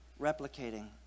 replicating